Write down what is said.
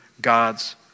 God's